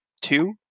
two